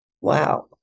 Wow